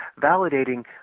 validating